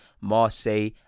Marseille